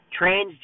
transgender